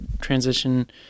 transition